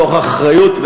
זה לכבוד.